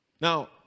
now